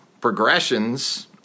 progressions